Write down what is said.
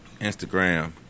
Instagram